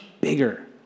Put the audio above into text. bigger